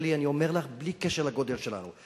שלי, אני אומר לך: בלי קשר לגודל שלנו.